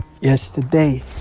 Yesterday